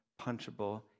punchable